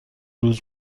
روز